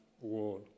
war